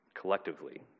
collectively